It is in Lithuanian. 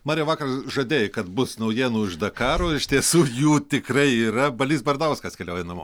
mariau vakar žadėjai kad bus naujienų iš dakaro iš tiesų jų tikrai yra balys bardauskas keliauja namo